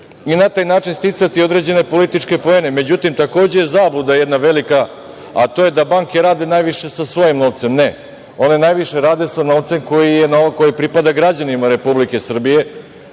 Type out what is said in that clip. i na taj način sticati određene političke poene.Međutim, takođe je zabluda jedna velika, a to je da banke rade najviše sa svojim novcem. Ne. One najviše rade sa novcem koji pripada građanima Republike Srbije,